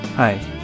Hi